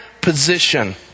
position